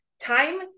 Time